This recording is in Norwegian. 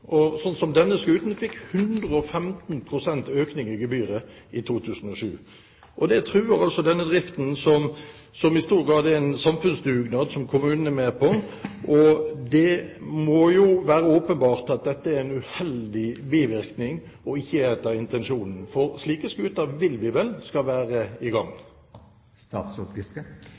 og denne skuten fikk 115 pst. økning i gebyret i 2007. Det truer driften, som i stor grad er en samfunnsdugnad som kommunen er med på. Det må være åpenbart at dette er en uheldig bivirkning og ikke etter intensjonen, for slike skuter vil vi vel skal være i gang.